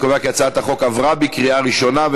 בקריאה ראשונה.